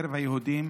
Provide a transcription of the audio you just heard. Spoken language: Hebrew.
בקרב היהודים,